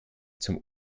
zum